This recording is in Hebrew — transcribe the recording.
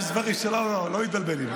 יש דברים שבהם לא מתבלבלים.